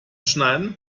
schneiden